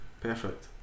perfect